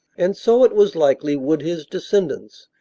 and so, it was likely, would his descendants,